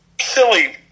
silly